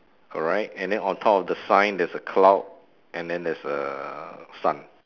correct and then on top of the sign there's a cloud and then there's a sun